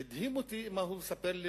הדהים אותי מה שהוא סיפר לי,